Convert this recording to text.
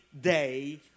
day